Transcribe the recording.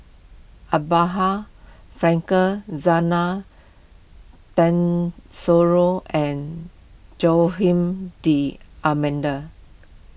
Abraham Frankel Zena and Joaquim D'Almeida